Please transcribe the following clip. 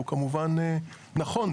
הוא כמובן נכון.